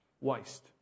waste